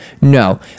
No